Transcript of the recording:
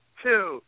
two